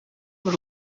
kuba